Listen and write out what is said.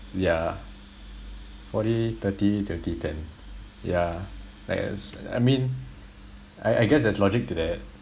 yeah forty thirty twenty ten yeah like as I mean I I guess there's logic to that